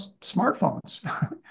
smartphones